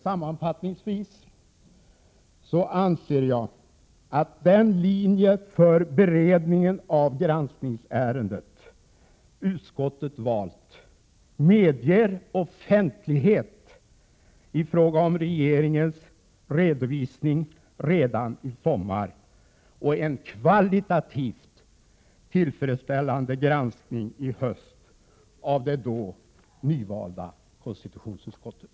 Sammanfattningsvis anser jag att den linje för beredningen av granskningsärendet som utskottet valt medger offentlighet i fråga om regeringens redovisning redan i sommar och en kvalitativt tillfredsställande granskning i höst av det då nyvalda konstitutionsutskottet.